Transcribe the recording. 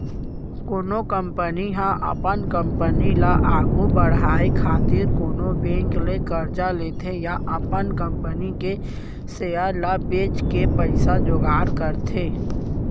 कोनो कंपनी ह अपन कंपनी ल आघु बड़हाय खातिर कोनो बेंक ले करजा लेथे या अपन कंपनी के सेयर ल बेंच के पइसा जुगाड़ करथे